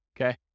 okay